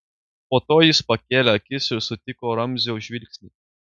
po to jis pakėlė akis ir sutiko ramzio žvilgsnį